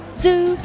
zoo